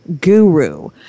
guru